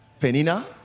Penina